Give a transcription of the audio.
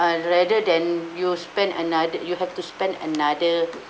and rather than you spend another you have to spend another